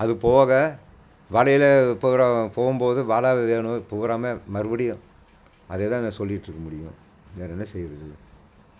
அது போக வலையில் இப்போ கூட போகும்போது வலை வேணும் பூராமே மறுபடியும் அதேதான் நான் சொல்லிட்டு இருக்க முடியும் வேறு என்ன செய்கிறது